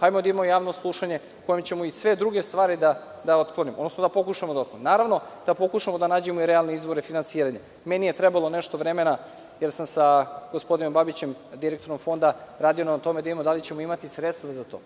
Hajde da imamo javno slušanje u kome ćemo i sve druge stvari da otklonimo, odnosno da pokušamo da otklonimo. Naravno da pokušamo da nađemo i realne izvore finansiranja. Meni je trebalo nešto vremena, jer sam sa gospodinom Babićem, direktorom Fonda radio na tome da li ćemo imati sredstva za to.